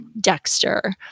Dexter